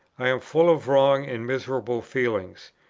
i am full of wrong and miserable feelings,